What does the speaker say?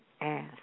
ask